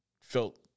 felt